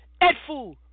Edfu